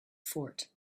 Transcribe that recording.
fort